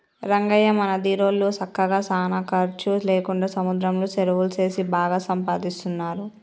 రంగయ్య మన దీరోళ్ళు సక్కగా సానా ఖర్చు లేకుండా సముద్రంలో సెరువులు సేసి బాగా సంపాదిస్తున్నారు